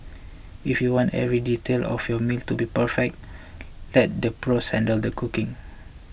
if you want every detail of your meal to be perfect let the pros handle the cooking